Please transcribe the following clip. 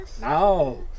Now